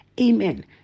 Amen